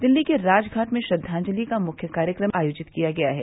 दिल्ली के राजघाट में श्रद्वाजंति का मुख्य कार्यक्रम आयोजित किया गया है